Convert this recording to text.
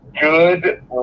good